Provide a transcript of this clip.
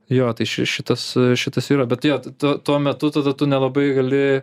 jo tai ši šitas šitas yra bet jo tuo metu tada tu nelabai gali